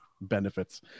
benefits